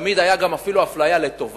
בכל הממשלות, תמיד היתה אפליה לטובה,